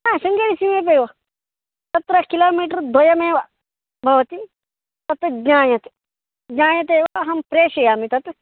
हा श्रिङ्गेरि श्रृङ्गगिरौ तत्र किलोमिटर् द्वयमेव भवति तत् ज्ञायते ज्ञायते वा अहं प्रेषयामि तत्